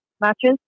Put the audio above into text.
matches